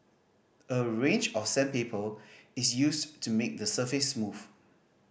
a range of sandpaper is used to make the surface smooth